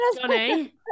Johnny